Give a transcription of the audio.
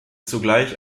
zugleich